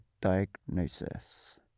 diagnosis